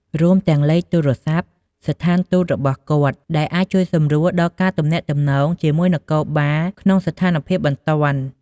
រួមទាំងលេខទូរស័ព្ទស្ថានទូតរបស់គាត់ ដែលអាចជួយសម្រួលដល់ការទំនាក់ទំនងជាមួយនគរបាលក្នុងស្ថានភាពបន្ទាន់។